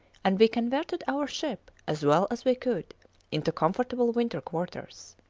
and we converted our ship as well as we could into comfortable winter quarters.